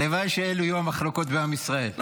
הלוואי שאלו יהיו המחלוקות בעם ישראל,